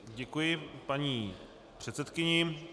Děkuji paní předsedkyni.